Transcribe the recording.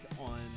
on